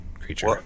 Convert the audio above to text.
creature